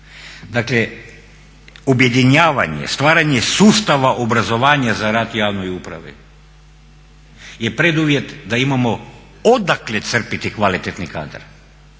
Dakle objedinjavanje, stvaranje sustava obrazovanja za rad u javnoj upravi je preduvjet da imamo odakle crpiti kvalitetni kadar,